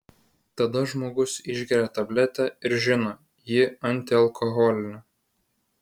tada žmogus išgeria tabletę ir žino ji antialkoholinė